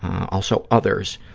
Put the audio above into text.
also others.